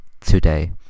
today